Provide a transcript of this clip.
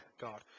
God